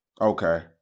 Okay